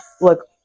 look